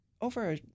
over